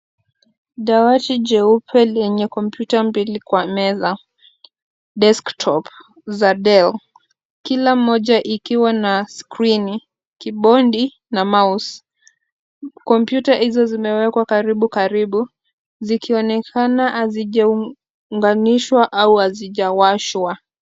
Dawati jeupe lenye komputa mbili kwa meza. Desktop za Dell kila moja ikiwa na skrini, kibodi na mouse . Komputa hizo zimewekwa karibu karibu, zikionekana hazijaunganishwa au hazijawashwa.